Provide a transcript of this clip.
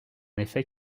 effet